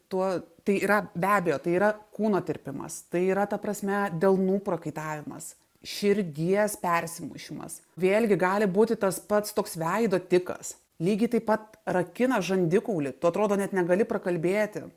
tuo tai yra be abejo tai yra kūno tirpimas tai yra ta prasme delnų prakaitavimas širdies persimušimas vėlgi gali būti tas pats toks veido tikas lygiai taip pat rakina žandikaulį tu atrodo net negali prakalbėti